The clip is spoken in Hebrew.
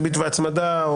ריבית והצמדה,